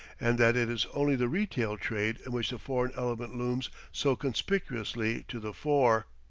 and that it is only the retail trade in which the foreign element looms so conspicuously to the fore.